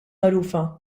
magħrufa